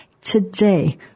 Today